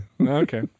Okay